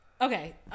Okay